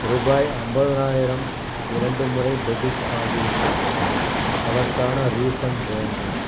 ரூபாய் ஐம்பதுனாயிரம் இரண்டு முறை டெபிட் ஆகிவிட்டது அதற்கான ரீஃபண்ட் வேண்டும்